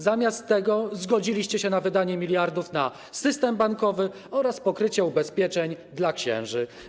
Zamiast tego zgodziliście się na wydanie miliardów na system bankowy oraz pokrycie ubezpieczeń dla księży.